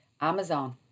Amazon